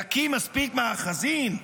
יקים מספיק מאחזים,